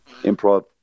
improv